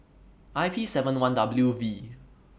I P seven one W V